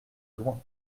loin